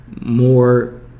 more